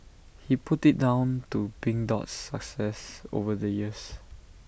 he put IT down to pink Dot's success over the years